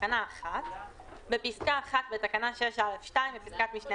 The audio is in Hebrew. בתקנה 1 - בפסקה (1) בתקנה 6(א)(2) בפסקת משנה